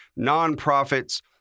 nonprofits